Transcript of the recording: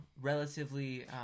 relatively